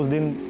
in